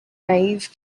naive